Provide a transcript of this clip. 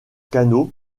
canot